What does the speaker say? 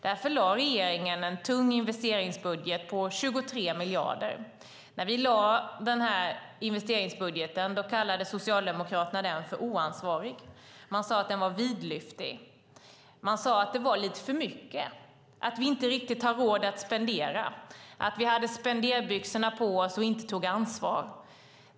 Därför lade regeringen fram en tung investeringsbudget på 23 miljarder. När vi lade fram den här investeringsbudgeten kallade Socialdemokraterna den för oansvarig. De sade att den var vidlyftig. De sade att det var lite för mycket, att vi inte riktigt har råd att spendera, att vi hade spenderbyxorna på oss och inte tog ansvar.